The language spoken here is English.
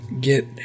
get